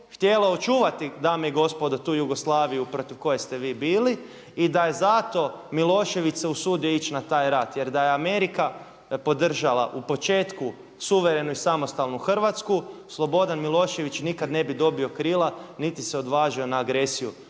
htjela očuvati dame i gospodo tu Jugoslaviju protiv koje ste vi bili i da je zato Milošević se usudio ići na taj rad. Jer da je Amerika podržala u početku suverenu i samostalnu Hrvatsku Slobodan Milošević nikad ne bi dobio krila niti se odvažio na agresiju